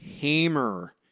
hammer